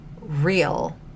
real